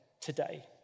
today